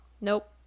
Nope